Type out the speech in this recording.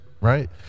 right